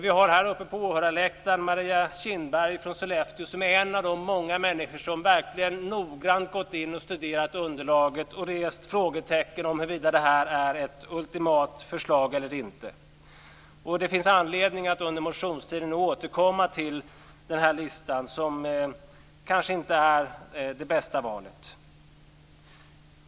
Vi har här uppe på åhörarläktaren Maria Kindberg från Sollefteå som är en av de många människor som verkligen noggrant studerat underlaget och rest frågetecken om huruvida det är ett ultimat förslag eller inte. Det finns anledning att under motionstiden återkomma till listan, som kanske inte är det bästa valet.